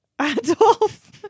Adolf